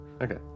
Okay